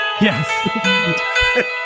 Yes